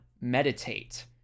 meditate